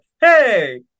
hey